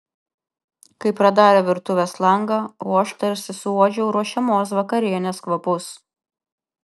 kai pradarė virtuvės langą o aš tarsi suuodžiau ruošiamos vakarienės kvapus